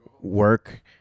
Work